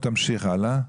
תמשיך הלאה.